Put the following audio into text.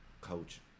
Coach